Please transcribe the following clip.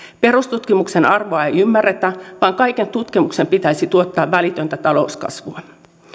perustutkimuksen arvoa ei ymmärretä vaan kaiken tutkimuksen pitäisi tuottaa välitöntä talouskasvua